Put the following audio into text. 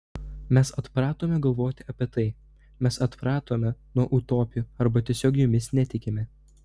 mes atpratome galvoti apie tai mes atpratome nuo utopijų arba tiesiog jomis netikime